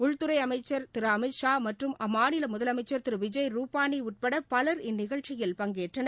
உள்துறை அமைச்சர் திரு அமித்ஷா மற்றும் அம்மாநில முதலமைச்சர் திரு விஜய் ரூபானி உட்பட பலர் இந்நிகழ்ச்சியில் பங்கேற்றனர்